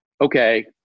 okay